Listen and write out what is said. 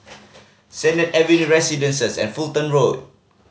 Sennett Avenue Residences and Fulton Road